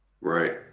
Right